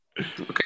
Okay